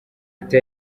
ati